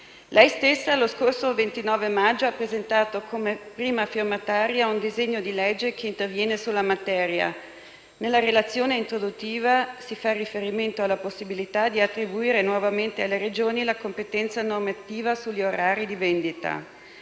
Lei stessa, lo scorso 29 maggio, ha presentato come prima firmataria un disegno di legge che interviene sulla materia. Nella relazione introduttiva si fa riferimento alla possibilità di attribuire nuovamente alle Regioni la competenza normativa sugli orari di vendita.